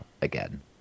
again